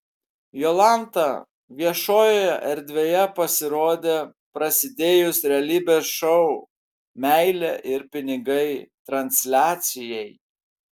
jolanta viešojoje erdvėje pasirodė prasidėjus realybės šou meilė ir pinigai transliacijai